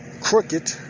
crooked